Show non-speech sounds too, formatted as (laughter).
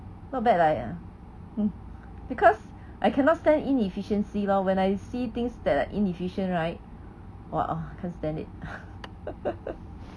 not bad lah !aiya! (breath) because I cannot stand inefficiency lor when I see things that inefficient right !wah! can't stand it (laughs)